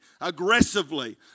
aggressively